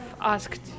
asked